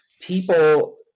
people